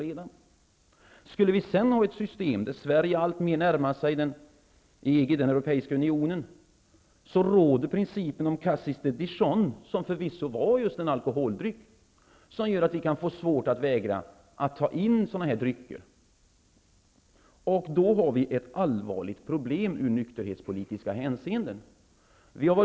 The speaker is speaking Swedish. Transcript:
I EG, i den europeiska unionen, som Sverige nu kanske kommer att närma sig, råder principen om Cassis de Dijon, som förvisso var just en alkoholdryck, och detta gör att vi kan få svårt att vägra att ta in drycker av detta slag. Vi får då ett ur nykterhetspolitiska hänseenden allvarligt problem.